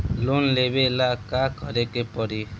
Loan लेबे ला का करे के पड़ी?